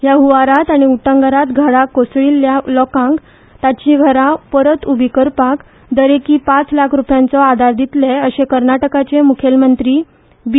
ह्या हंवारात आनी उटंगरात घरां कोसळील्ल्या लोकांक तांची घरां परत उबी करपाक दरेकी पाच लाख रुपयांचो आदार दितले अशे कर्नाटकाचे मुखेलमंत्री बी